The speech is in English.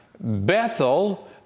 Bethel